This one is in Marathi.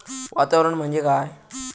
वातावरण म्हणजे काय आसा?